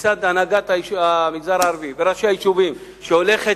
מצד הנהגת המגזר הערבי וראשי היישובים שהולכת